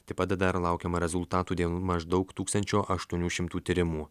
taip pat dar laukiama rezultatų dėl maždaug tūkstančio aštuonių šimtų tyrimų